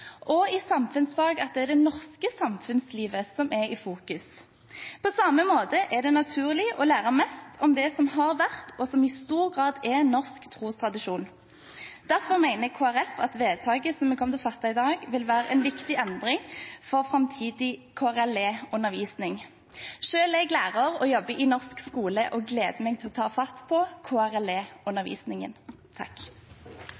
– i samfunnsfag at det også er norsk samfunnsliv som er i fokus. På samme måte er det naturlig å lære mest om det som har vært, og som i stor grad er norsk trostradisjon. Derfor mener Kristelig Folkeparti at vedtaket som vi kommer til å fatte i dag, vil være en viktig endring for framtidig KRLE-undervisning. Selv er jeg lærer og jobber i norsk skole – og gleder meg til å ta fatt på